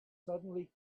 suddenly